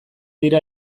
dira